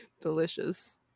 Delicious